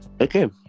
okay